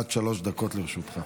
עד שלוש דקות לרשותך.